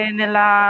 nella